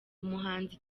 umuhanzi